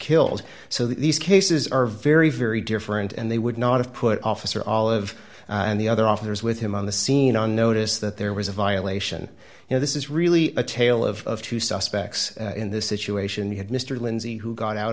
killed so these cases are very very different and they would not have put officer all of the other officers with him on the scene on notice that there was a violation you know this is really a tale of two suspects in this situation had mr lindsey who got out